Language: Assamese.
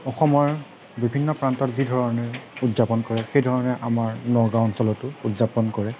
অসমৰ বিভিন্ন প্ৰান্তত যিধৰণে উদযাপন কৰে সেইধৰণে আমাৰ নগাওঁ অঞ্চলতো উদযাপন কৰে